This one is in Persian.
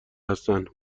هستند